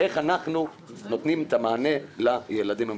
איך אנחנו נותנים את המענה לילדים המיוחדים.